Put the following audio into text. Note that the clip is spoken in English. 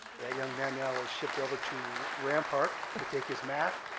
that young man now has shipped over to rampart to take his math